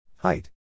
Height